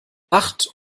acht